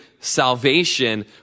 salvation